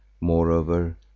Moreover